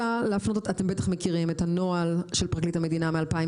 אתם בטח מכירים את הנוהל של פרקליט המדינה מ-2019.